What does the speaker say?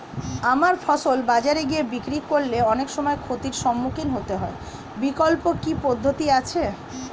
আমার ফসল বাজারে গিয়ে বিক্রি করলে অনেক সময় ক্ষতির সম্মুখীন হতে হয় বিকল্প কি পদ্ধতি আছে?